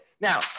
now